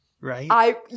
Right